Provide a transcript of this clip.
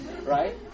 Right